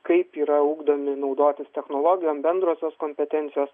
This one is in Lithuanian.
kaip yra ugdomi naudotis technologijom bendrosios kompetencijos